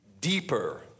deeper